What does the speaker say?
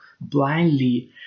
blindly